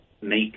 make